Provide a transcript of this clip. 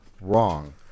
wrong